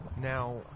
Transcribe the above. Now